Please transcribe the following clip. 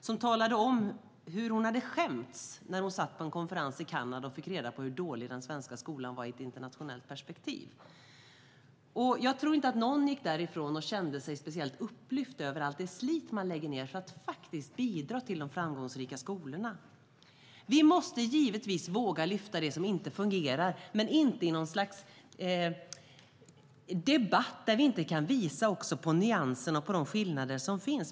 Hon talade om hur hon hade skämts när hon satt på en konferens i Kanada och fick reda på hur dålig den svenska skolan var i ett internationellt perspektiv. Jag tror inte att någon gick därifrån och kände sig speciellt upplyft över allt det slit som man lägger ned för att faktiskt bidra till de framgångsrika skolorna. Vi måste givetvis våga lyfta fram det som inte fungerar, men inte i något slags debatt där vi inte kan visa också de nyanser och de skillnader som finns.